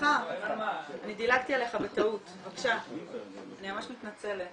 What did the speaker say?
אני אהיה קצר.